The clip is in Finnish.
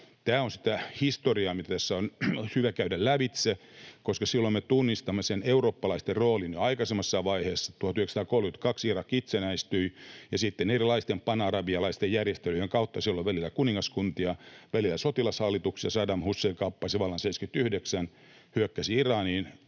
Tämä on sitä historiaa, mitä tässä on hyvä käydä lävitse, koska silloin me tunnistamme sen eurooppalaisten roolin jo aikaisemmassa vaiheessa. 1932 Irak itsenäistyi, ja sitten erilaisten panarabialaisten järjestelyjen kautta siellä oli välillä kuningaskuntia, välillä sotilashallituksia. Saddam Hussein kaappasi vallan 79, hyökkäsi Iraniin